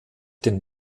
den